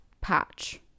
patch